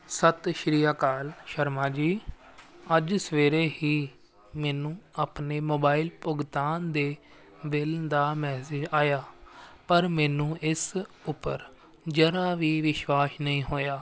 ਸਤਿ ਸ਼੍ਰੀ ਅਕਾਲ ਸ਼ਰਮਾ ਜੀ ਅੱਜ ਸਵੇਰੇ ਹੀ ਮੈਨੂੰ ਆਪਣੇ ਮੋਬਾਈਲ ਭੁਗਤਾਨ ਦੇ ਬਿਲ ਦਾ ਮੈਸੇਜ ਆਇਆ ਪਰ ਮੈਨੂੰ ਇਸ ਉੱਪਰ ਜਰਾ ਵੀ ਵਿਸ਼ਵਾਸ ਨਹੀਂ ਹੋਇਆ